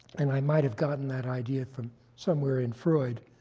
and i might have gotten that idea from somewhere in freud.